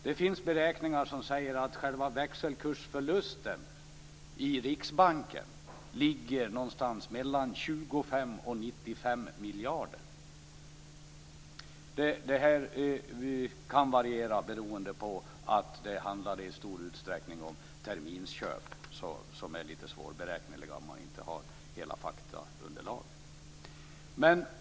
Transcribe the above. Det finns beräkningar som säger att själva växelkursförlusten i Riksbanken ligger någonstans mellan 25 och 95 miljarder kronor. Det kan variera beroende på att det i stor utsträckning handlade om terminsköp, som är litet svårberäkneliga om man inte har hela faktaunderlaget.